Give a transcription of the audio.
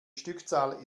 stückzahl